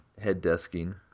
head-desking